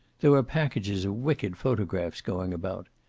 there were packages of wicked photographs going about.